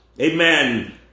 Amen